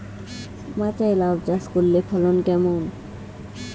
মাচায় লাউ চাষ করলে ফলন কেমন?